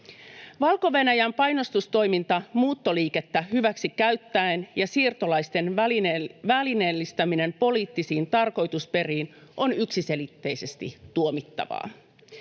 Valko-Venäjän painostustoiminta muuttoliikettä hyväksi käyttäen ja siirtolaisten välineellistäminen poliittisiin tarkoitusperiin on yksiselitteisesti tuomittavaa.